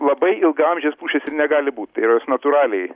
labai ilgaamžės pušys ir negali būt ir natūraliai